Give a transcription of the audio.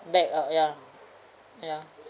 back of ya ya